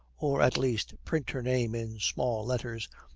or at least print her name in small letters,